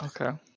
okay